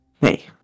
Hey